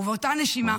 ובאותה נשימה